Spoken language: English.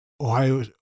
Ohio